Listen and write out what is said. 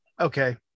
Okay